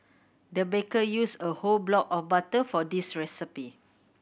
the baker used a whole block of butter for this recipe